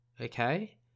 okay